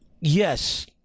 Yes